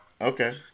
Okay